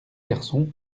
garçons